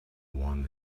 one